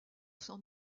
sans